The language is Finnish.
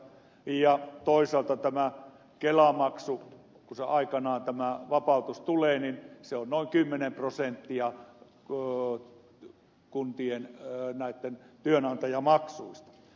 ja toisaalta tämä kelamaksu josta aikanaan tämä vapautus tulee on noin kymmenen prosenttia kuntien työnantajamaksuista